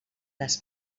les